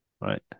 Right